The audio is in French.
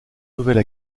nouvelle